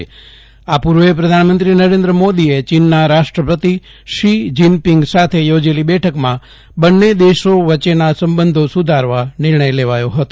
આ પૂર્વે પ્રધાનમંત્રી નરેન્દ્ર મોદીએ રાષ્ટ્રપતિ શી જીન પિંગ સાથે યોજેલ બેઠકમાં બંજ્ને દેશો વચ્ચેના સંબંધો સુધારવા નિર્ણય લેવાયો હતો